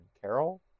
Carol